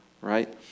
Right